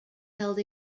held